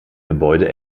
gebäude